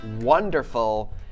wonderful